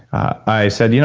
i said, you know